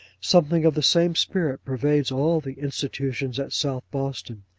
something of the same spirit pervades all the institutions at south boston.